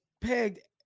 pegged